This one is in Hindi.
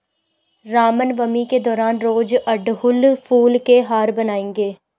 रामनवमी के दौरान रोज अड़हुल फूल के हार बनाएंगे